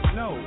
no